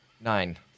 Nine